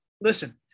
Listen